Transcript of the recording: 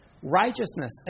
Righteousness